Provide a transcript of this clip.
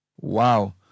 Wow